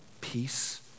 peace